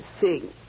sing